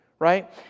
Right